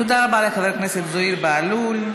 תודה רבה לחבר הכנסת זוהיר בהלול.